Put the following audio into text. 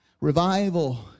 Revival